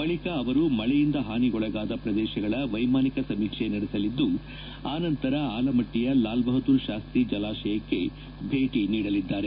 ಬಳಿಕ ಅವರು ಮಳೆಯಿಂದ ಹಾನಿಗೊಳಗಾದ ಪ್ರದೇಶಗಳ ವೈಮಾನಿಕ ಸಮೀಕ್ಷೆ ನಡೆಸಲಿದ್ಲು ಆನಂತರ ಆಲಮಟ್ಟಿಯ ಲಾಲ್ ಬಹದ್ದೂರ್ ಶಾಸ್ತಿ ಜಲಾಶಯಕ್ಕೆ ಭೇಟಿ ನೀಡಲಿದ್ದಾರೆ